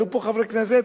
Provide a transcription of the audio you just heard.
עלו פה חברי כנסת,